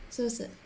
是不是